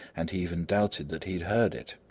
and he even doubted that he had heard it.